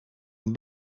een